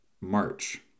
March